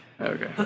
Okay